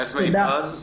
נס מי-פז.